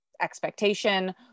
expectation